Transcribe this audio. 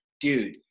Dude